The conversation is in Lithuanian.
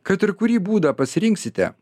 kad ir kurį būdą pasirinksite